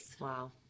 Wow